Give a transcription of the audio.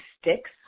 sticks